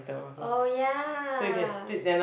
oh ya